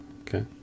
Okay